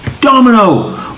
Domino